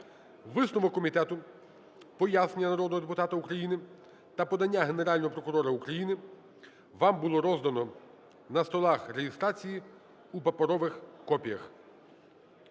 Висновок комітету, пояснення народного депутата України та подання Генерального прокурора України вам було роздано на столах реєстрації у паперових копіях.